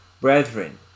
brethren